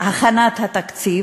הכנת התקציב,